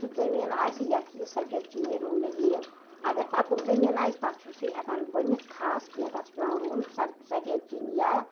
سُہ زٔمیٖن آسہِ یَتھ یہِ سفید چیٖنی رُونہٕ یِیہِ اگر تَکُر زٔمیٖن آسہِ تَتھ چھُنہٕ سُہ ہیٚکان بٔنِتھ خاص کینٛہہ تَتھ چھِ پیٚوان رُوُن سر سفید چیٖنی یا